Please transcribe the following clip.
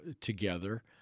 together